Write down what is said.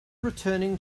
returning